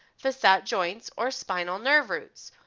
facet joints, or spinal nerve roots,